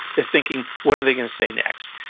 they're thinking, what are they going to say next?